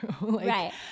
right